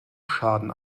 schaden